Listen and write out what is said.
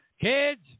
Kids